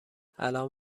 الان